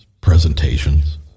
presentations